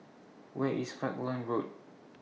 Where IS Falkland Road